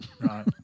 right